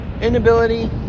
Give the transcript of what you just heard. inability